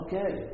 Okay